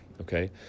okay